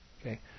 Okay